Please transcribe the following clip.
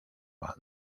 banda